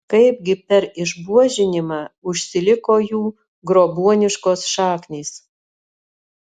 kaipgi per išbuožinimą užsiliko jų grobuoniškos šaknys